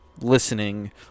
listening